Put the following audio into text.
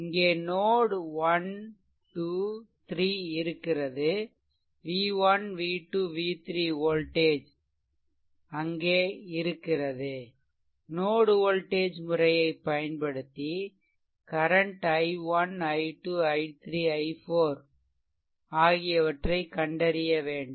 இங்கே நோட் 123 இருக்கிறது v1 v2 v3 voltage அங்கே இருக்கிறது நோட் வோல்டேஜ் முறையைப் பயன்படுத்தி current i1 i 2 i3 i4 ஆகியவற்றை கண்டறிய வேண்டும்